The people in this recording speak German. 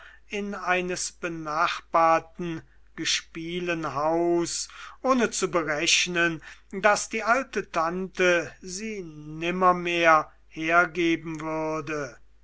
in eines benachbarten gespielen haus ohne zu berechnen daß die alte tante sie nimmermehr hergeben würde